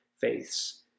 faiths